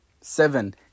Seven